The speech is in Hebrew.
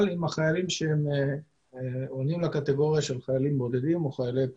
עם החיילים שעונים לקטגוריה של חיילים בודדים או חיילי פרט.